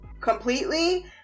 completely